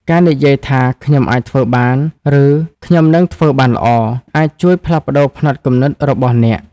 ការនិយាយថា "ខ្ញុំអាចធ្វើបាន" ឬ "ខ្ញុំនឹងធ្វើបានល្អ" អាចជួយផ្លាស់ប្តូរផ្នត់គំនិតរបស់អ្នក។